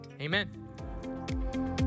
amen